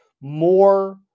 More